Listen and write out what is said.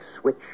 switch